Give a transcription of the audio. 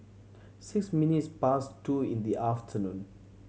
six minutes past two in the afternoon